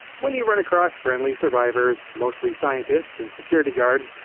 when you run across friendly survivors, mostly scientists and security guards,